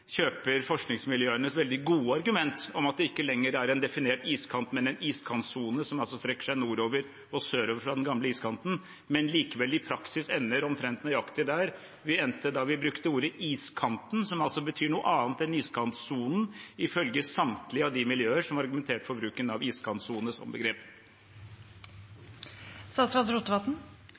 kjøper forskningsmiljøenes veldig gode argument om at det ikke lenger er en definert iskant, men en iskantsone, som altså strekker seg nordover og sørover fra den gamle iskanten, men likevel i praksis ender omtrent nøyaktig der vi endte da vi brukte ordet «iskanten», som altså betyr noe annet enn «iskantsonen», ifølge samtlige av de miljøer som har argumentert for bruken av